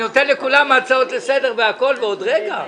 אני נותן לכולם הצעות לסדר והכול, ועוד "רגע".